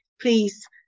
please